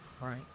Right